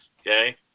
Okay